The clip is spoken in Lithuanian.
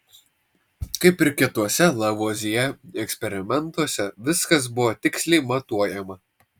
kaip ir kituose lavuazjė eksperimentuose viskas buvo tiksliai matuojama